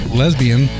lesbian